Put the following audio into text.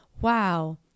wow